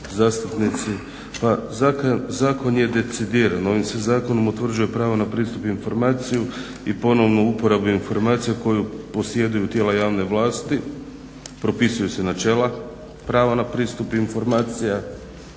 zastupnici. Pa zakon je decidiran. Ovim se zakonom utvrđuje pravo na pristup na informaciju i ponovno uporabu informacije koju posjeduju tijela javne vlasti, propisuju se načela prava na pristup informacijama.